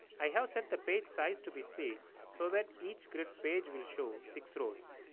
i have set the page size to be six so that each grid page will show six rows.